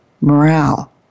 morale